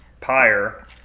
Pyre